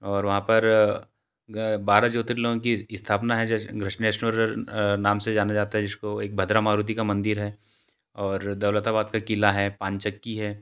और वहाँ पर बारा ज्योर्तिलिंगों की स्थापना है घृष्णेश्वर नाम से जाना जाता है जिसको एक भद्रा मारुति का मंदिर है और दौलताबाद का क़िला है पाणचक्की है